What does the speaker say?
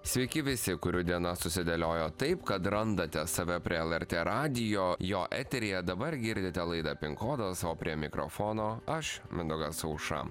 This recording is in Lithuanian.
sveiki visi kurių diena susidėliojo taip kad randate save prie lrt radijo jo eteryje dabar girdite laidą pin kodas o prie mikrofono aš mindaugas aušra